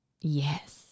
Yes